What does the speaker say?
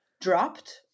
dropped